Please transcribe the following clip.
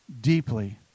deeply